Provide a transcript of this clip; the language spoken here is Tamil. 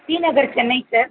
டிநகர் சென்னை சார்